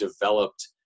developed